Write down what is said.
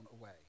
away